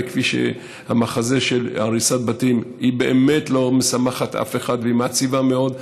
וכפי שהמחזה של הריסת בתים הוא באמת לא משמח אף אחד והוא מעציב מאוד,